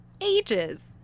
ages